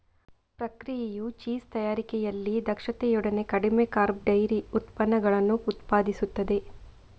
ಪ್ರಕ್ರಿಯೆಯು ಚೀಸ್ ತಯಾರಿಕೆಯಲ್ಲಿ ದಕ್ಷತೆಯೊಡನೆ ಕಡಿಮೆ ಕಾರ್ಬ್ ಡೈರಿ ಉತ್ಪನ್ನಗಳನ್ನು ಉತ್ಪಾದಿಸುತ್ತದೆ